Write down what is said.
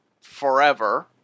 forever